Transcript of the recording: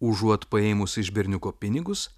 užuot paėmus iš berniuko pinigus